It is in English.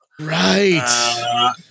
Right